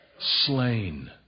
slain